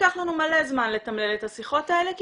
ייקח לנו מלא זמן לתמלל את השיחות האלה כי